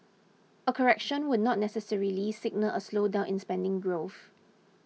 a correction would not necessarily signal a slowdown in spending growth